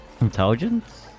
Intelligence